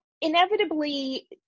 inevitably